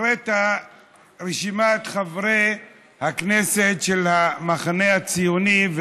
הקראת רשימת חברי הכנסת של המחנה הציוני,